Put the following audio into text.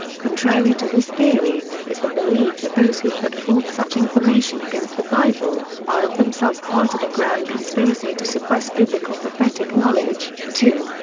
contrary to this theory, is the belief that those who put forth such information against the bible, are of themselves part of a grand conspiracy to suppress biblical prophetic knowledge, to,